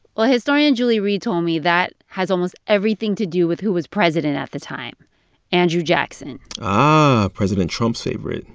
well, historian julie reed told me that has almost everything to do with who was president at the time andrew jackson ah, president trump's favorite